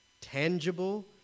tangible